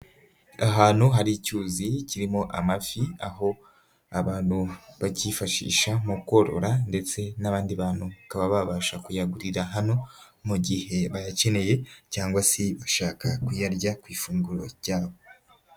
Ahantu hari icyuzi kirimo amafi aho abantu bakiyifashisha mu korora ndetse n'abandi bantu bakaba babasha kuyagurira hano, mu igihe bayakeneye cyangwa se bashaka kuyarya ku ifunguro ryabo.